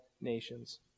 nations